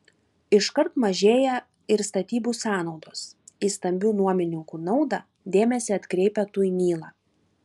iškart mažėja ir statybų sąnaudos į stambių nuomininkų naudą dėmesį atkreipia tuinyla